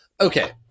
Okay